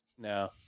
No